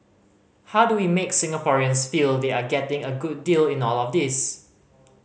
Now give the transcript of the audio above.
how do we make Singaporeans feel they are getting a good deal in all of this